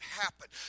happen